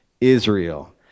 Israel